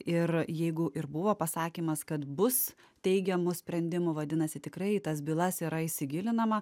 ir jeigu ir buvo pasakymas kad bus teigiamų sprendimų vadinasi tikrai į tas bylas yra įsigilinama